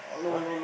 !huh!